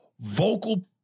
vocal